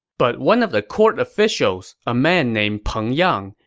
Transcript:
but one of the court officials, a man named peng yang,